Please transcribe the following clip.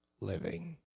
living